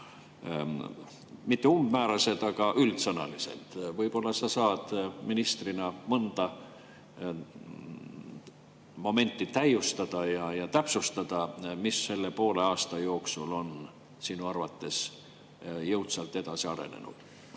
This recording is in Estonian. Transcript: mitte umbmäärased, aga üldsõnalised. Võib-olla sa saad ministrina mõnda momenti täiustada ja täpsustada, mis selle poole aasta jooksul on sinu arvates jõudsalt edasi arenenud?